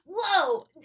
whoa